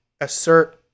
assert